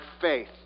faith